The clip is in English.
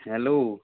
hello